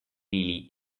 really